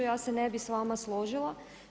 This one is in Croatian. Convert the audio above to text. Ja se ne bih sa vama složila.